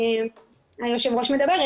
אני מטיילת בחופים בבוקר,